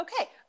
okay